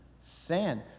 sand